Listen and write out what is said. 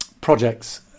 projects